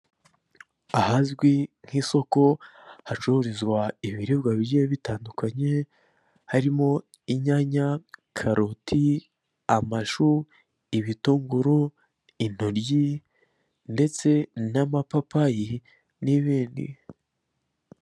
Ahazwi nk'isoko hacururizwa ibiribwa bigiye bitandukanye, harimo; inyanya, karoti, amashu, ibitunguru, intoryi, ndetse n'amapapayi n'ibindi...